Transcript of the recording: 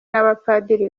n’abapadiri